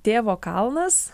tėvo kalnas